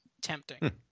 tempting